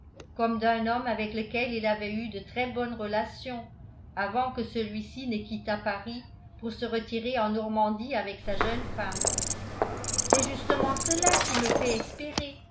comme d'un homme avec lequel il avait eu de très-bonnes relations avant que celui-ci ne quittât paris pour se retirer en normandie avec sa jeune femme c'est justement cela qui me fait espérer